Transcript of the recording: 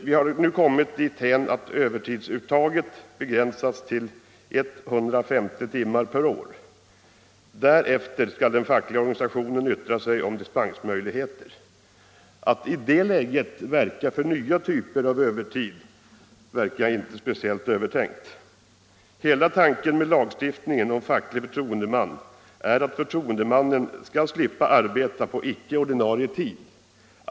Vi har nu kommit dithän att övertidsuttaget be 87 gränsas till 150 timmar per år; därefter skall den fackliga organisationen yttra sig om dispensmöjligheter. Att i det läget verka för nya typer av övertid förefaller inte speciellt övertänkt. Hela tanken med lagstiftningen om facklig förtroendeman är att förtroendemannen skall slippa arbeta på icke ordinarie tid.